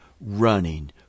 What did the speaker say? running